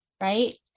right